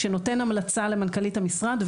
שנותן המלצה למנכ"לית המשרד,